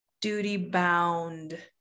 duty-bound